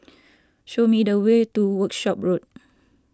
show me the way to Workshop Road